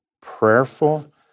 prayerful